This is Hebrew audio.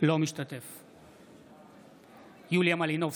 אינו משתתף בהצבעה יוליה מלינובסקי,